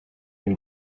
and